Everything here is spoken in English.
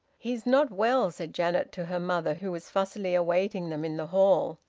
he's not well, said janet to her mother, who was fussily awaiting them in the hall.